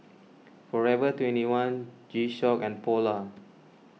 forever twenty one G Shock and Polar